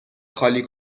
خالی